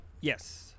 Yes